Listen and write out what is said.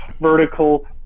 vertical